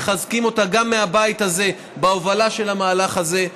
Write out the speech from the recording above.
מחזקים אותה גם מהבית הזה בהובלה של המהלך הזה.